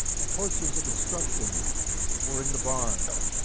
the horses of instruction were in the barn.